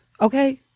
okay